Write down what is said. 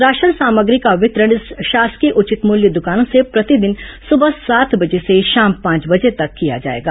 ration सामग्री का वितरण शासकीय उचित मुल्य दुकानों से प्रतिदिन सबह सात बजे से शाम पांच तक की जाएगी